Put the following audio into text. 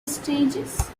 stages